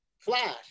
Flash